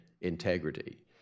integrity